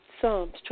Psalms